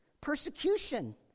persecution